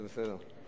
זה בסדר.